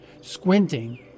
squinting